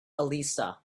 elisa